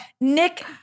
Nick